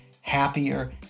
happier